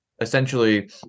essentially